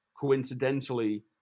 coincidentally